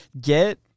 get